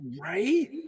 Right